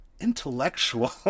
intellectual